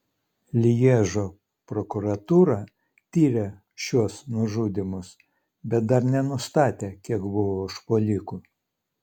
lježo prokuratūra tiria šiuos nužudymus bet dar nenustatė kiek buvo užpuolikų